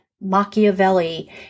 Machiavelli